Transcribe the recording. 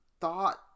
thought